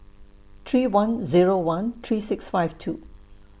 three one Zero one three six five two